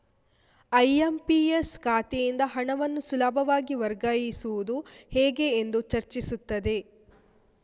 IMPS ಖಾತೆಯಿಂದ ಹಣವನ್ನು ಸುಲಭವಾಗಿ ವರ್ಗಾಯಿಸುವುದು ಹೇಗೆ ಎಂದು ಚರ್ಚಿಸುತ್ತದೆ